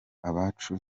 abacu